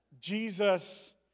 Jesus